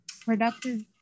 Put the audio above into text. productive